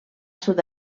sud